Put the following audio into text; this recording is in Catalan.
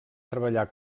treballar